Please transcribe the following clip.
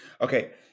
Okay